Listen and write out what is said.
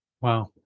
Wow